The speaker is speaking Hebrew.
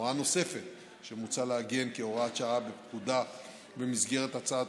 הוראה נוספת שמוצע לעגן כהוראת שעה בפקודה במסגרת הצעת